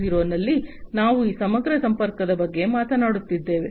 0 ನಲ್ಲಿ ನಾವು ಈ ಸಮಗ್ರ ಸಂಪರ್ಕದ ಬಗ್ಗೆ ಮಾತನಾಡುತ್ತಿದ್ದೇವೆ